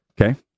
Okay